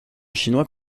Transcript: chinois